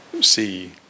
see